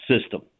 system